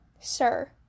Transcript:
sir